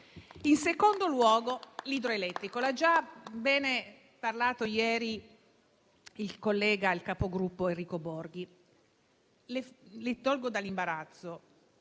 In secondo luogo, l'idroelettrico: ne ha già bene parlato ieri il collega, capogruppo Enrico Borghi. La tolgo dall'imbarazzo: